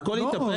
הכול התהפך.